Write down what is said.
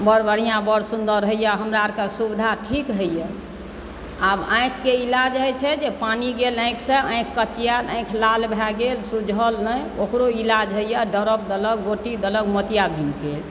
बड़ बढ़िआँ बड़ सुन्दर होइए हमरा आरके सुविधा ठीक होइए आब आँखिकेँ इलाज होइछै जे पानि गेल आँखिसँ आँखि कचिआएल आँखि लाल भए गेल सुझल नहि ओकरो इलाज होइय द्रव देलक गोटी देलक मोतियाबिन्दके